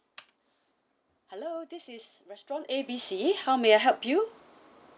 hello this is restaurant A B C how may I help you